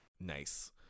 nice